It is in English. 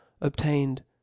obtained